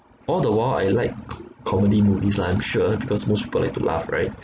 all the while I like co~ comedy movies lah I'm sure because most people like to laugh right